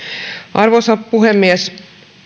arvoisa puhemies